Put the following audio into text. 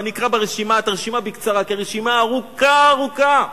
אני אקרא את הרשימה בקצרה כי זאת רשימה ארוכה ארוכה,